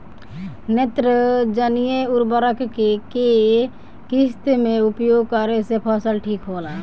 नेत्रजनीय उर्वरक के केय किस्त मे उपयोग करे से फसल ठीक होला?